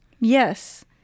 Yes